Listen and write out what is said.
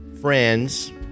friends